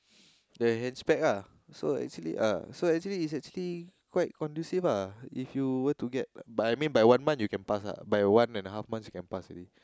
the hatch pack ah so actually ah so actually is actually quite conducive ah if you were to get but I mean by one month you can pass ah by one and a half month you can pass already